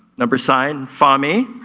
number sign, fahmy,